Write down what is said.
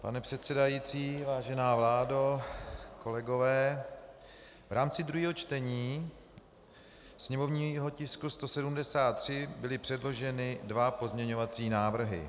Pane předsedající, vážená vládo, kolegové, v rámci druhého čtení sněmovního tisku 173 byly předloženy dva pozměňovací návrhy.